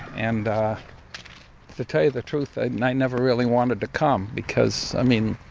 and to tell you the truth, i never really wanted to come because, i mean,